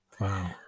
wow